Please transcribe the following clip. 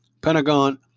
Pentagon